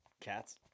cats